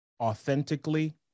authentically